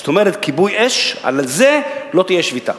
זאת אומרת, כיבוי אש, בזה לא תהיה שביתה.